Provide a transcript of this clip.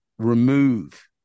remove